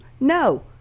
No